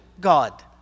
God